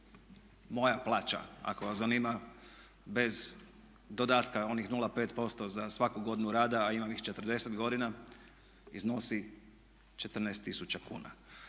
moja plaća ako vas zanima bez dodatka onih 0,5% za svaku godinu rada a imam ih 40 godina iznosi 14 tisuća kuna.